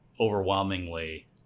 overwhelmingly